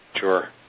Sure